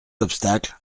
obstacle